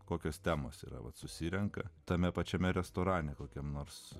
kokios temos yra vat susirenka tame pačiame restorane kokiam nors